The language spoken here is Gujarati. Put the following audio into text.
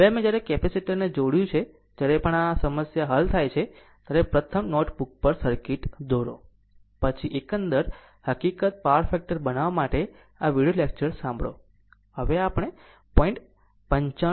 હવે અમે જ્યારે કેપેસિટર ને જોડ્યું છે જ્યારે પણ આ સમસ્યા હલ થાય ત્યારે પ્રથમ નોટબુક પર સર્કિટ દોરો પછી એકંદર હકીકત પાવર ફેક્ટર બનાવવા માટે આ વિડિઓ લેક્ચર સાંભળો હવે આપણે તેને 0